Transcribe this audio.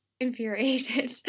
infuriated